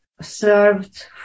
served